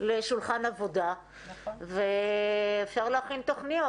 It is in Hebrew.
לשולחן עבודה ואפשר להכין תוכניות.